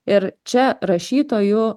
ir čia rašytojų